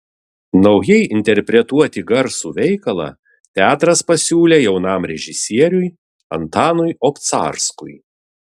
naujai interpretuoti garsų veikalą teatras pasiūlė jaunam režisieriui antanui obcarskui